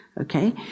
okay